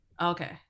okay